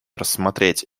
рассмотреть